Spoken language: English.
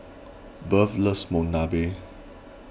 Bertha loves Monsunabe